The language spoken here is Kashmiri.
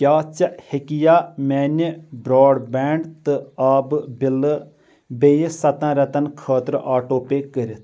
کیاہ ژٕ ہیکٕیٚا میانہِ برٛاڈ برٛینڈ تہٕ آبہٕ بِلہٕ بیٚیہِ سَتَن ریتَن خٲطرٕ آٹو پے کٔرِتھ